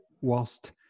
whilst